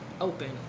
open